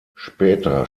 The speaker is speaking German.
später